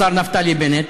השר נפתלי בנט,